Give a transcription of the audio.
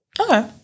Okay